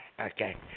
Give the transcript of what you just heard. Okay